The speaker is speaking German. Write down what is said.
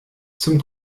zum